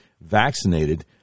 vaccinated